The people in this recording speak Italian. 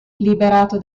liberato